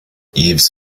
eaves